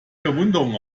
verwunderung